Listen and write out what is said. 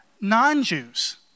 non-Jews